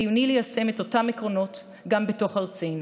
חיוני ליישם את אותם עקרונות גם בתוך ארצנו.